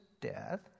death